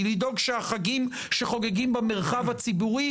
היא לדאוג שהחגים שחוגגים במרחב הציבורי,